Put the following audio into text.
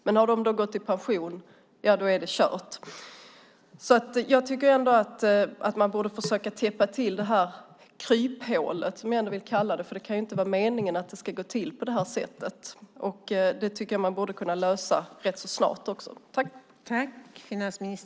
Men om den personalen gått i pension är det kört. Man borde alltså försöka täppa till detta kryphål, som jag vill kalla det, för det kan inte vara meningen att det ska gå till på det sättet. Det borde man kunna lösa ganska snart.